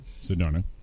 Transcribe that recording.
Sedona